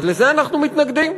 אז לזה אנחנו מתנגדים.